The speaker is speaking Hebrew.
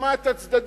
נשמע את הצדדים,